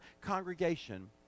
congregation